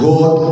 God